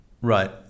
Right